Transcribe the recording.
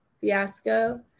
fiasco